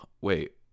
Wait